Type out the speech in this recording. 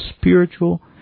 spiritual